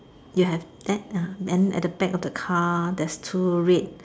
you have that uh then at the back of the car there's two red